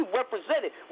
represented